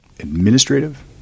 administrative